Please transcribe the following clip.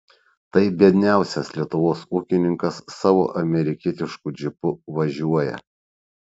tai biedniausias lietuvos ūkininkas savo amerikietišku džipu važiuoja